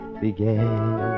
began